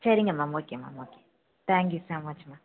சரிங்க ma'am okay ma'am okay thank you so much ma'am